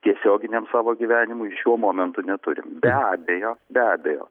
tiesioginiam savo gyvenimui šiuo momentu neturim be abejo be abejo